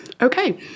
okay